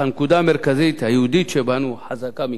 אך הנקודה המרכזית היהודית שבנו חזקה מכול.